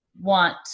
want